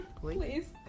Please